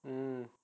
mm